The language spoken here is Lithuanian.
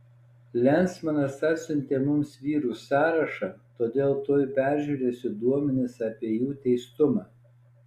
lensmanas atsiuntė mums vyrų sąrašą todėl tuoj peržiūrėsiu duomenis apie jų teistumą